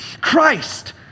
Christ